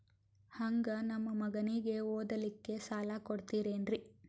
ಹಂಗ ನಮ್ಮ ಮಗನಿಗೆ ಓದಲಿಕ್ಕೆ ಸಾಲ ಕೊಡ್ತಿರೇನ್ರಿ?